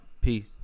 Peace